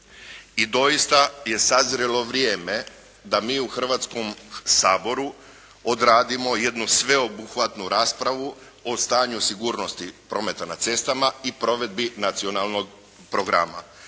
i doista je sazrijelo vrijeme da mi u Hrvatskom saboru odradimo jednu sveobuhvatnu raspravu o stanju sigurnosti prometa na cestama i provedbi nacionalnog programa